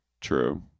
true